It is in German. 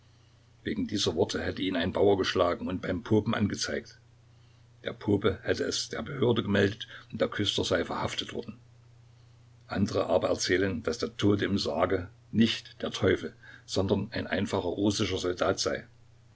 wegen dieser worte hätte ihn ein bauer geschlagen und beim popen angezeigt der pope hätte es der behörde gemeldet und der küster sei verhaftet worden andere aber erzählen daß der tote im sarge nicht der teufel sondern ein einfacher russischer soldat sei